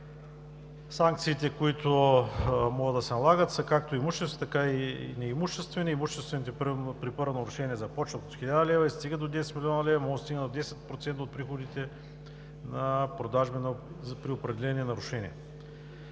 Санкциите, които могат да се налагат, са както имуществени, така и неимуществени. Имуществените например при първо нарушение започват от 1000 лв. и стигат до 10 млн. лв. – може да стигнат до 10% от приходите на продажби при определени нарушения.